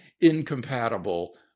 incompatible